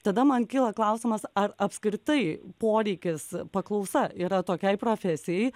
tada man kyla klausimas ar apskritai poreikis paklausa yra tokiai profesijai